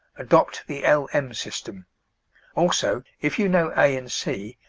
adopt the l m system also, if you know a and c,